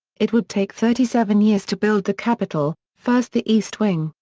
it would take thirty seven years to build the capitol, first the east wing,